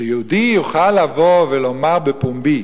שיהודי יוכל לבוא ולומר בפומבי